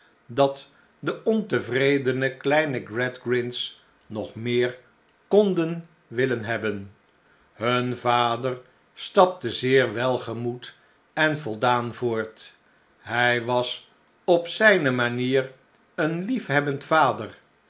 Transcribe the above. dat de ontevredene kleine gradgrind's nog meer kon den willen hebben hun vader stapte zeer welgemoed en voldaan voort hij was op zijne manier een liefhebbend vader